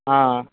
ஆ